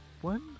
one